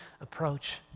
approach